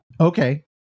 Okay